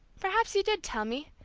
perhaps you did tell me.